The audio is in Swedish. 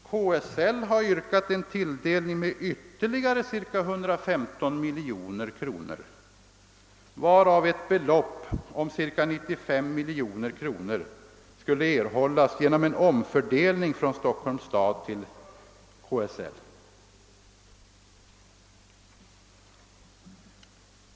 KSL har yrkat på en tilldelning med ytterligare cirka 115 miljoner kronor, varav cirka 95 miljoner kronor skulle erhållas genom en omfördelning från Stockholms stad till KSL.